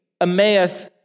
Emmaus